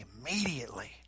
immediately